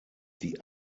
die